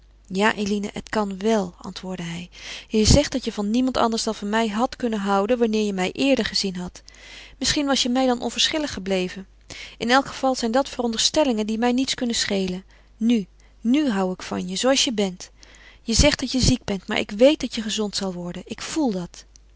ja eline het kan wel antwoordde hij je zegt dat je van niemand anders dan van mij hadt kunnen houden wanneer je mij eerder gezien hadt misschien was je mij dan onverschillig gebleven in elk geval zijn dat veronderstellingen die mij niets kunnen schelen nu nu hou ik van je zooals je bent je zegt dat je ziek bent maar ik weet dat je gezond zal worden ik voel dat